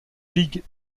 league